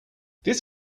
this